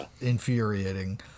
infuriating